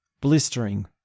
blistering